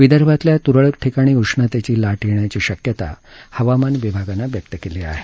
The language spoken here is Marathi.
विदर्भातल्या तुरळक ठिकाणी उष्णतेची लाट येण्याची शक्यता हवामान विभागानं व्यक्त केली आहे